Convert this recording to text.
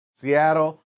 Seattle